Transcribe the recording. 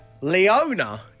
Leona